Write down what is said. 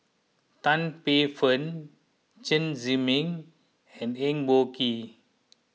Tan Paey Fern Chen Zhiming and Eng Boh Kee